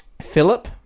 Philip